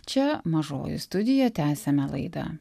čia mažoji studija tęsiame laidą